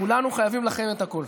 כולנו חייבים לכם את הכול.